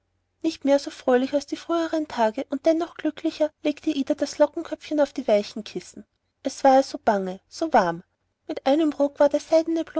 nicht mehr so fröhlich als in früheren tagen und dennoch glücklicher legte ida das lockenköpfchen auf die weichen kissen es war ihr so bange so warm mit einem ruck war der